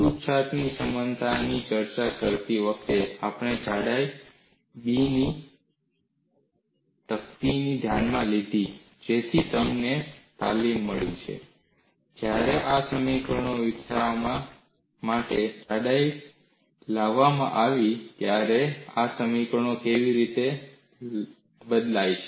છૂટછાટ સમાનતાની ચર્ચા કરતી વખતે આપણે જાડાઈ B ની તકતીને ધ્યાનમાં લીધી જેથી તમને તાલીમ મળે જ્યારે આ સમીકરણોના વિકાસમાં જાડાઈ લાવવામાં આવે ત્યારે આ સમીકરણો કેવી રીતે બદલાય છે